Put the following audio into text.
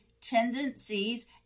tendencies